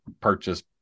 purchase